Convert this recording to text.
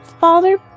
Father